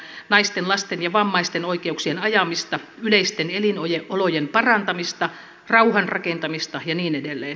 naisten lasten ja vammaisten oikeuksien ajamista yleisten elinolojen parantamista rauhan rakentamista ja niin edelleen